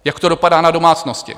Jak to dopadá na domácnosti?